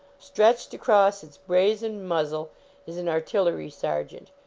stretched across its brazen muzzle is an ar tillery sergeant,